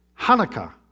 Hanukkah